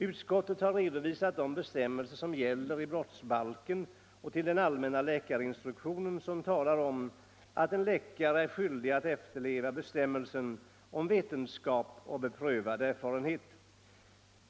Utskottet har redovisat de bestämmelser som gäller i brottsbalken och åberopat den allmänna läkarinstruktionen, som talar om att en läkare är skyldig att efterleva bestämmelsen om vetenskap och beprövad erfarenhet.